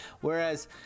Whereas